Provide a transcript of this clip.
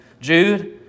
Jude